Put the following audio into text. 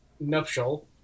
nuptial